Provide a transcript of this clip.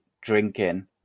drinking